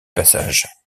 passage